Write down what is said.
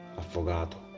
affogato